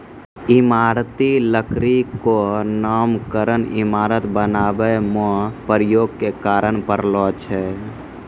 इमारती लकड़ी क नामकरन इमारत बनावै म प्रयोग के कारन परलो छै